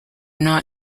not